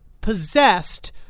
possessed